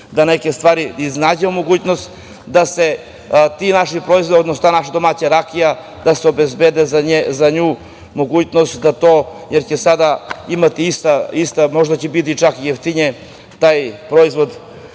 za neke stvari iznađemo mogućnost da se ti naši proizvodi, odnosno ta naša domaća rakija, da se obezbedi za nju mogućnost, jer će sada imati ista, možda će biti čak i jeftiniji taj proizvod,